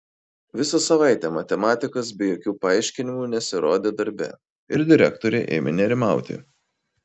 visą savaitę matematikas be jokių paaiškinimų nesirodė darbe ir direktorė ėmė nerimauti